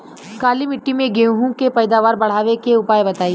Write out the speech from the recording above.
काली मिट्टी में गेहूँ के पैदावार बढ़ावे के उपाय बताई?